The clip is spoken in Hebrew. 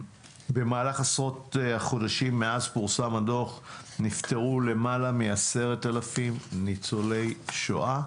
במהלך עשרות החודשים מאז פורסם הדוח נפטרו למעלה מ-10,000 ניצולי שואה.